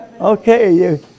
okay